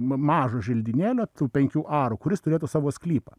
ma mažo želdynėlio tų penkių arų kuris turėtų savo sklypą